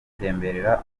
gutemberera